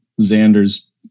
Xander's